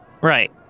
Right